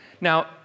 Now